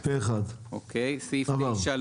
הצבעה אושר.